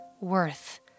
worth